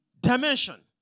dimension